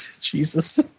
Jesus